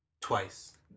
twice